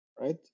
right